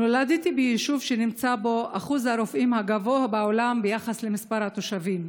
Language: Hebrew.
נולדתי ביישוב שנמצא בו אחוז הרופאים הגבוה בעולם ביחס למספר התושבים.